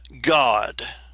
God